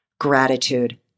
Gratitude